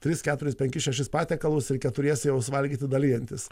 tris keturis penkis šešis patiekalus ir keturiese juos valgyti dalijantis